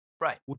Right